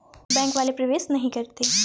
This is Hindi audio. बैंक वाले प्रवेश नहीं करते हैं?